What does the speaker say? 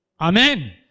Amen